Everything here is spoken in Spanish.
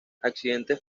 accidentes